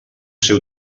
ser